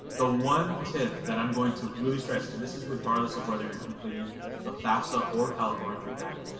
the one tip that i'm going to really stress and this is regardless of whether you're completing a fafsa or california dream act,